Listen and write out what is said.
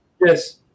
yes